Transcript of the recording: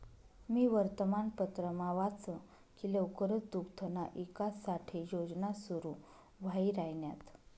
मी वर्तमानपत्रमा वाच की लवकरच दुग्धना ईकास साठे योजना सुरू व्हाई राहिन्यात